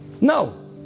No